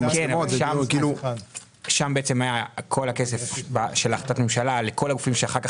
שם בעצם היה כל הכסף של החלטת ממשלה לכל הגופים שאחר כך